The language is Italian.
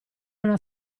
una